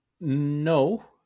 No